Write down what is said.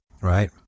Right